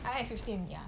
fifteen ya